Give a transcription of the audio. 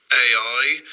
AI